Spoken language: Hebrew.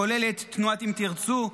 כולל תנועת אם תרצו,